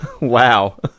Wow